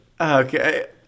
Okay